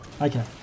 Okay